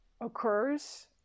occurs